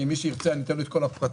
מי שירצה אני אתן לו את כל הפרטים,